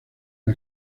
una